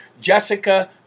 Jessica